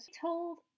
told